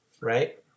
right